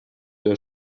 der